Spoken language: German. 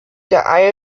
der